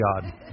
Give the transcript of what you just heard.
god